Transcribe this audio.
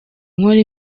nkora